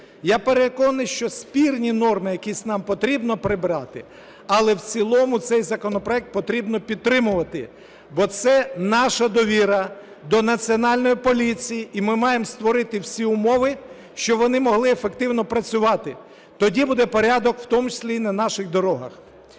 Я переконаний, що спірні норми якісь нам потрібно прибрати, але в цілому цей законопроект потрібно підтримувати, бо це наша довіра до Національної поліції і ми маємо створити всі умови, щоб вони могли ефективно працювати, тоді буде порядок, у тому числі і на наших дорогах.